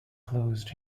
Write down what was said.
closed